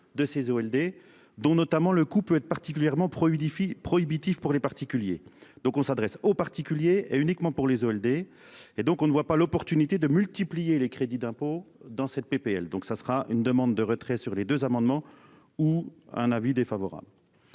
Elder dont notamment le coût peut être particulièrement prohibitif unifie prohibitifs pour les particuliers. Donc on s'adresse aux particuliers et uniquement pour les Zolder et donc on ne voit pas l'opportunité de multiplier les crédits d'impôts dans cette PPL donc ça sera une demande de retrait sur les deux amendements ou un avis défavorable.